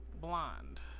blonde